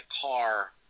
car